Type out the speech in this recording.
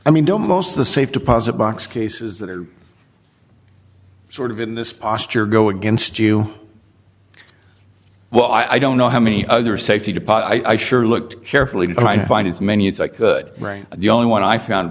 i mean most of the safe deposit box cases that are sort of in this posture go against you well i don't know how many other safety deposit i sure looked carefully to try to find as many as i could write the only one i found